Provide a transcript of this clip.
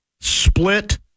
split